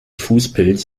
fußpilz